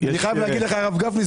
הרב גפני,